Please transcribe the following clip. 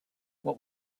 what